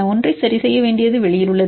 ஒன்றை சரிசெய்ய வேண்டியது வெளியில் உள்ளது